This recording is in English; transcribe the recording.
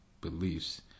beliefs